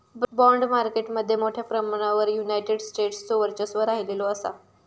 bond market मध्ये मोठ्या प्रमाणावर युनायटेड स्टेट्सचो वर्चस्व राहिलेलो असा